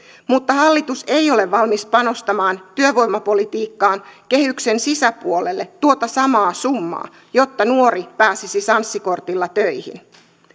mutta hallitus ei ole valmis panostamaan työvoimapolitiikkaan kehyksen sisäpuolelle tuota samaa summaa jotta nuori pääsisi sanssi kortilla töihin